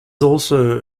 also